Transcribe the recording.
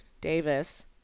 davis